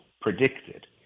predicted